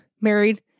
married